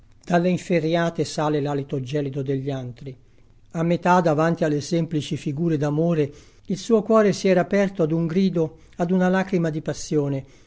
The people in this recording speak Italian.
antri a metà davanti alle semplici figure d'amore il suo cuore si era aperto ad un grido ad una lacrima di passione